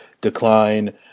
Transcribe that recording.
decline